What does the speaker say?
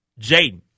Jaden